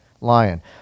lion